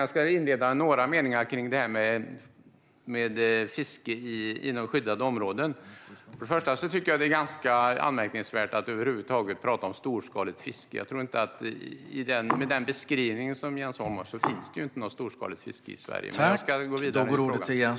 Jag ska säga några meningar om fiske inom skyddade områden. Först och främst tycker jag att det är anmärkningsvärt att över huvud taget prata om storskaligt fiske. Det storskaliga fiske som Jens Holm beskriver finns inte i Sverige. Men jag ska gå vidare i denna fråga.